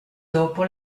dopo